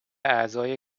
اعضای